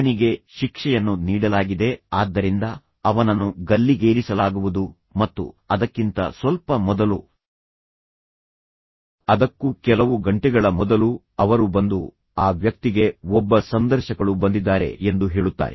ಅವನಿಗೆ ಶಿಕ್ಷೆಯನ್ನು ನೀಡಲಾಗಿದೆ ಆದ್ದರಿಂದ ಅವನನ್ನು ಗಲ್ಲಿಗೇರಿಸಲಾಗುವುದು ಮತ್ತು ಅದಕ್ಕಿಂತ ಸ್ವಲ್ಪ ಮೊದಲು ಅದಕ್ಕೂ ಕೆಲವು ಗಂಟೆಗಳ ಮೊದಲು ಅವರು ಬಂದು ಆ ವ್ಯಕ್ತಿಗೆ ಒಬ್ಬ ಸಂದರ್ಶಕಳು ಬಂದಿದ್ದಾರೆ ಎಂದು ಹೇಳುತ್ತಾರೆ